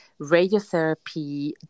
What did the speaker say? radiotherapy